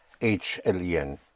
H-L-E-N